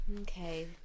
Okay